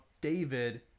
David